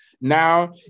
Now